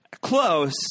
close